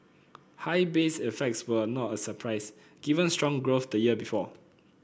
high base effects were not a surprise given strong growth the year before